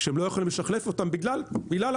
כשהם לא יכולים לשחלף אותם בגלל הזה.